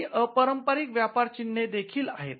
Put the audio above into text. काही अपारंपरिक व्यापार चिन्हे देखील आहेत